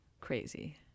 crazy